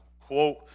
quote